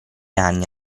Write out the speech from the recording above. anni